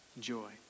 joy